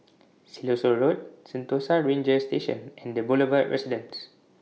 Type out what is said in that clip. Siloso Road Sentosa Ranger Station and The Boulevard Residence